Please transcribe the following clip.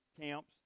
camps